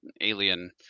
alien